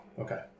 Okay